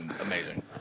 Amazing